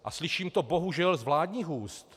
A slyším to bohužel z vládních úst.